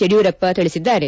ಯಡಿಯೂರಪ್ಪ ತಿಳಿಸಿದ್ದಾರೆ